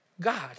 God